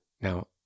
Now